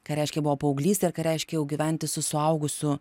ką reiškia paauglystė ir ką reiškia jau gyventi su suaugusiu